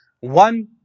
One